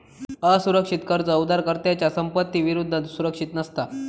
असुरक्षित कर्ज उधारकर्त्याच्या संपत्ती विरुद्ध सुरक्षित नसता